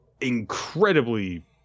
incredibly